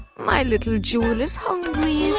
my little jewel is hungry,